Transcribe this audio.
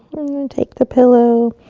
then take the pillow,